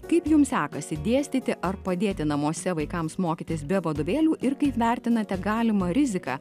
kaip jums sekasi dėstyti ar padėti namuose vaikams mokytis be vadovėlių ir kaip vertinate galimą riziką